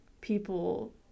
people